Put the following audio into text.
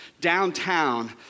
downtown